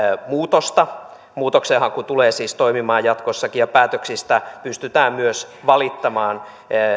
muutosta muutoksenhaku tulee siis toimimaan jatkossakin ja päätöksistä pystytään myös valittamaan